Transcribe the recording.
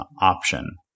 option